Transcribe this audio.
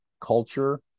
Culture